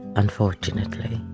unfortunately,